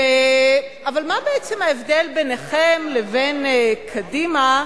אבל מה בעצם ההבדל ביניכם לבין קדימה?